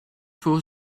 voor